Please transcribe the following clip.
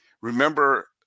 Remember